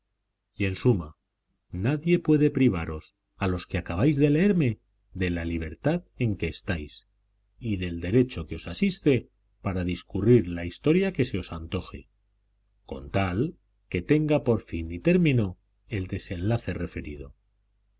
y en suma nadie puede privaros a los que acabáis de leerme de la libertad en que estáis y del derecho que os asiste para discurrir la historia que se os antoje con tal que tenga por fin y término el desenlace referido